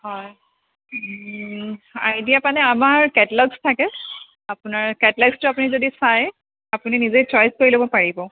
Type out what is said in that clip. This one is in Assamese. হয় আইডিয়া মানে আমাৰ কেটেলগছ থাকে আপোনাৰ কেটলগছটো যদি আপুনি চাই আপুনি নিজেই চইচ কৰি ল'ব পাৰিব